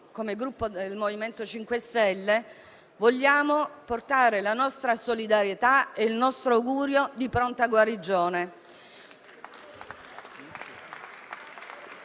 come Gruppo MoVimento 5 Stelle, vogliamo portare la nostra solidarietà e il nostro augurio di pronta guarigione.